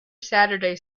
saturday